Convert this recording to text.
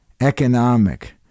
economic